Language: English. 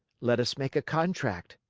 let us make a contract.